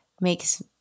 makes